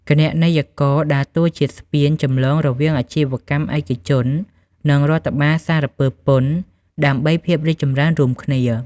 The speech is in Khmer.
គណនេយ្យករដើរតួជាស្ពានចម្លងរវាងអាជីវកម្មឯកជន និងរដ្ឋបាលសារពើពន្ធ ដើម្បីភាពរីកចម្រើនរួមគ្នា។